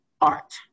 art